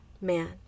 man